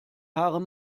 haare